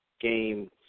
game